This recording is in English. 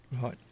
Right